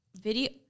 Video